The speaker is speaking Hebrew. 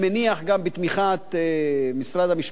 גם בתמיכת משרד המשפטים,